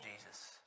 Jesus